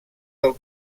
del